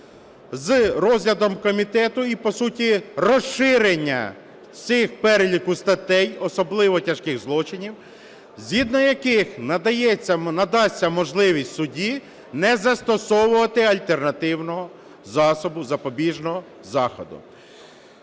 з розглядом комітету і по суті розширення цього переліку статей особливо тяжких злочинів, згідно яких надасться можливість судді не застосовувати альтернативного засобу запобіжного заходу.